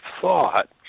thought